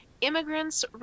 immigrants